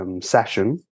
session